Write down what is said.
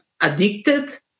addicted